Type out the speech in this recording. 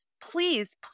please